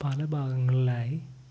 പല ഭാഗങ്ങളിലായി